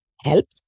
help